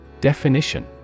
Definition